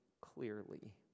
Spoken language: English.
clearly